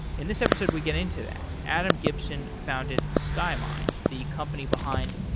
in this episode, we get into that. adam gibson founded skymind, the company behind.